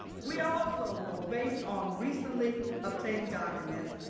we also know based on recently obtained documents,